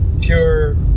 pure